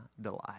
delight